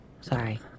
Sorry